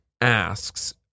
asks